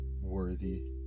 worthy